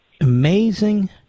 amazing